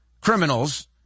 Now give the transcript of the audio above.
criminals